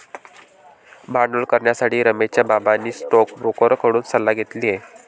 भांडवल करण्यासाठी रमेशच्या बाबांनी स्टोकब्रोकर कडून सल्ला घेतली आहे